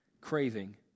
craving